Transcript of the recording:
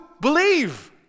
believe